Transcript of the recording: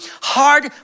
hard